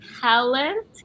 talent